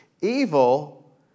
evil